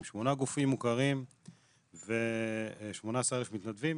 עם שמונה גופים מוכרים ו-18,000 מתנדבים,